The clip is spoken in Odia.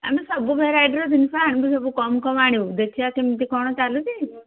ଆମେ ସବୁ ଭେରାଇଟିର ଜିନିଷ ଆଣିବୁ ସବୁ କମ କମ୍ ଆଣିବୁ ଦେଖିବା କେମିତି କ'ଣ ଚାଲୁଛି